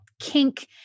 kink